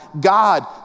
God